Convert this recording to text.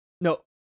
No